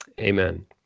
Amen